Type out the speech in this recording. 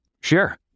Sure